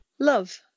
Love